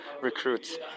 recruits